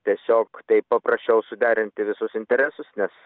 tiesiog taip paprasčiau suderinti visus interesus nes